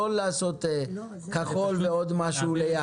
לא לעשות סמל כחול ועוד משהו ליד.